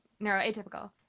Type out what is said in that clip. neuroatypical